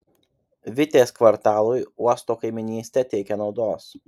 vitės kvartalui uosto kaimynystė teikia naudos